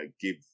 give